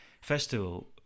festival